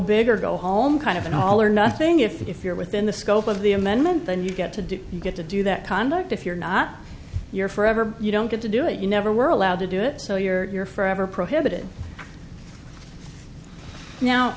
or go home kind of an all or nothing if that if you're within the scope of the amendment then you get to do you get to do that conduct if you're not you're forever you don't get to do it you never were allowed to do it so you're forever prohibited now